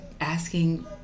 asking